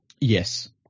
Yes